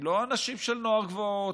הם לא אנשים של נוער גבעות,